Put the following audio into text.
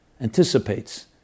anticipates